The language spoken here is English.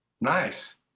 Nice